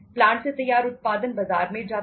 plant से तैयार उत्पादन बाजार में जाता है